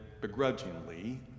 begrudgingly